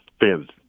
fans